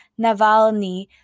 Navalny